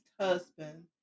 husband